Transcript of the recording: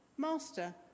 Master